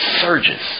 surges